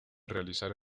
realizar